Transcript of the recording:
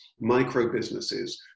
micro-businesses